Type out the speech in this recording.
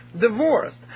divorced